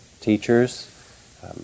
teachers